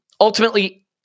ultimately